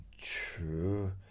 true